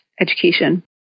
education